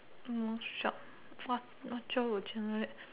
mm what job what what job would you like